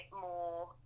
more